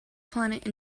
planet